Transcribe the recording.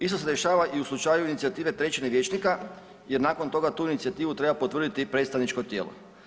Isto se dešava i u slučaju inicijative trećine vijećnika, jer nakon toga tu inicijativu treba potvrditi predstavničko tijelo.